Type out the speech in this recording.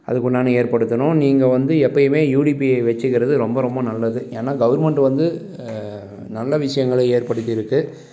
அதுக்குண்டான ஏற்படுத்தணும் நீங்கள் வந்து எப்போயுமே யூடிபிஐ வெச்சுக்கறது ரொம்ப ரொம்ப நல்லது ஏனால் கவுர்மெண்ட்டு வந்து நல்ல விஷயங்கள ஏற்படுத்திருக்கு